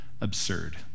absurd